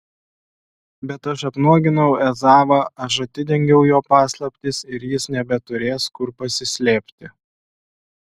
bet aš apnuoginau ezavą aš atidengiau jo paslaptis ir jis nebeturės kur pasislėpti